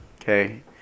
okay